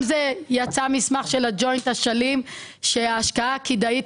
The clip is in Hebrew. יצא מסמך של ג'וינט אשלים שההשקעה הכדאית